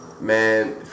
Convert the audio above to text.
man